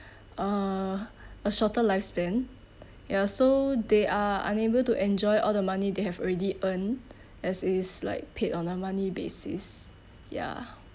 uh a shorter lifespan ya so they are unable to enjoy all the money they have already earned as it's like paid on a monthly basis ya